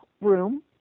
room